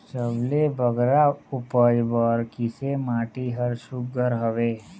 सबले बगरा उपज बर किसे माटी हर सुघ्घर हवे?